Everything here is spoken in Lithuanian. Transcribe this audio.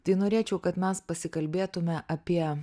tai norėčiau kad mes pasikalbėtume apie